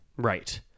Right